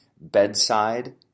bedside